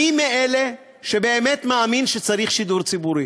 אני מאלה שבאמת מאמינים שצריך שידור ציבורי.